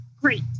great